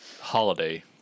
holiday